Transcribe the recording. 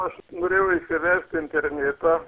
aš norėjau įsivesti internetą